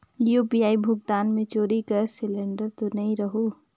UPI भुगतान मे चोरी कर सिलिंडर तो नइ रहु?